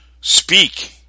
speak